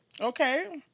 Okay